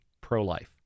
pro-life